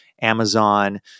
amazon